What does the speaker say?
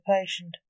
patient